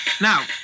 Now